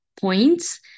points